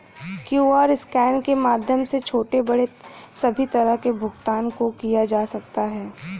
QR scan के माध्यम से छोटे बड़े सभी तरह के भुगतान को किया जा सकता है